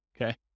okay